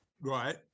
Right